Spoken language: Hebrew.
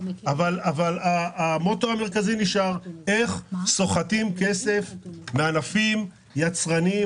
אבל המוטו המרכזי נשאר - איך סוחטים כסף מענפים יצרניים,